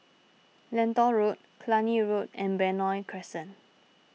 Lentor Road Cluny Road and Benoi Crescent